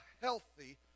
healthy